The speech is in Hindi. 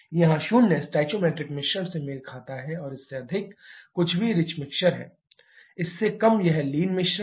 यहाँ शून्य स्टोइकोमेट्रिक मिश्रण से मेल खाता है और इससे अधिक कुछ भी रिच मिक्सर है इससे कम यह लीन मिश्रण है